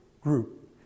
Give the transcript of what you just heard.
group